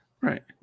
Right